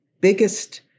biggest